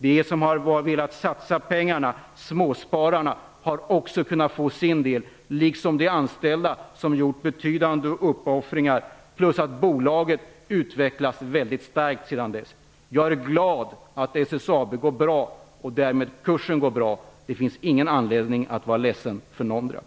De som har velat satsa pengar, småspararna, har också kunnat få sin del liksom de anställda som har gjort betydande uppoffringar. Dessutom har bolaget utvecklats mycket starkt sedan dess. Jag är glad för att SSAB går bra och därmed över att kursen är bra. Det finns ingen anledning för någon att vara ledsen.